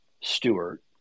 Stewart